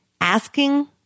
asking